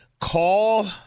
Call